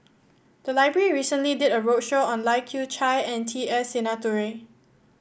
the library recently did a roadshow on Lai Kew Chai and T S Sinnathuray